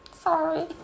Sorry